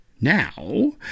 Now